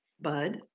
bud